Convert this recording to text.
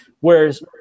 Whereas